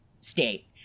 state